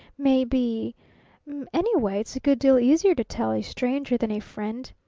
maybe anyway, it's a good deal easier to tell a stranger than a friend.